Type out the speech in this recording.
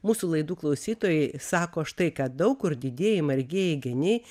mūsų laidų klausytojai sako štai ką daug kur didieji margieji geniai